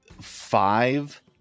five